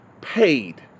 paid